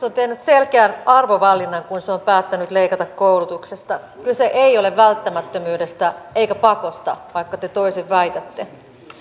on tehnyt selkeän arvovalinnan kun se on päättänyt leikata koulutuksesta kyse ei ole välttämättömyydestä eikä pakosta vaikka te toisin väitätte